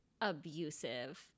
abusive